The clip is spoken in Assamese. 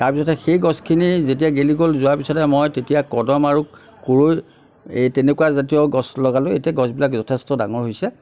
তাৰপিছতে সেই গছখিনি যেতিয়া গেলি গ'ল যোৱাৰ পিছতে মই তেতিয়া কদম আৰু কুৰৈ এই তেনেকুৱা জাতীয় গছ লগালোঁ এতিয়া গছবিলাক যথেষ্ট ডাঙৰ হৈছে